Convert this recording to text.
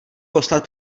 poslat